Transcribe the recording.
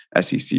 SEC